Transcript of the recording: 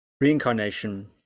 reincarnation